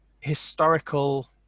historical